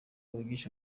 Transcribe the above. wigisha